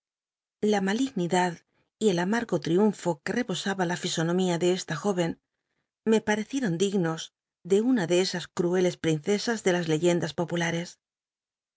la mal ignidad y el amargo l riun ro que rebosnba la fisonomía de esl t jó en me parecieron dignos de una de esas crueles wincesas de las eyéndas populares